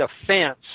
defense